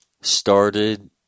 started